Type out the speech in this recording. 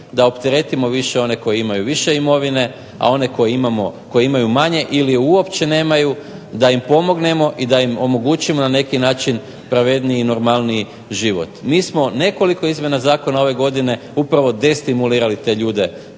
da opteretimo više one koji imaju više imovine, a oni koji imaju manje ili je uopće nemaju da im pomognemo i da im omogućimo na neki način pravedniji i normalniji život. Mi smo nekoliko izmjena zakona ove godine upravo destimulirali te ljude,